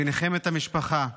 וניחם את המשפחה.